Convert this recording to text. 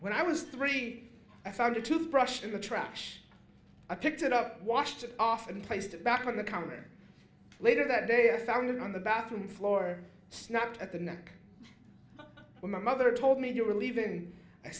when i was three i found a tooth brush in the trash i picked it up washed off and placed it back on the coming later that day i found it on the bathroom floor snapped at the neck when my mother told me you were leaving i